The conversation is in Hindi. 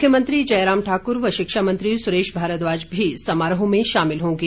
मुख्यमंत्री जयराम ठाकुर व शिक्षामंत्री सुरेश भारद्वाज भी समारोह में शामिल होंगे